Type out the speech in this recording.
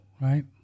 right